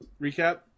recap